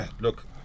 look